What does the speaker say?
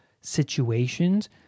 situations